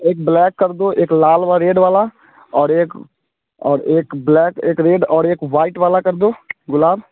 एक ब्लैक कर दो एक लाल वह रेड वाला और एक और एक ब्लैक एक रेड और एक वाइट वाला कर दो गुलाब